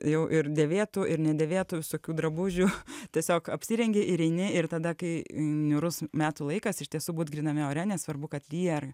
jau ir dėvėtų ir nedėvėtų visokių drabužių tiesiog apsirengi ir eini ir tada kai niūrus metų laikas iš tiesų būt gryname ore nesvarbu kad lyja ar